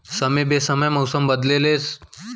समे बेसमय मउसम बदले ले फसल म बिकट के रोग राई आथे